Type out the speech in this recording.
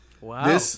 Wow